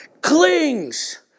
clings